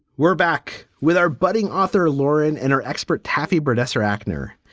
we're back with our budding author, lauren, and her expert, taffy bert esser, actor,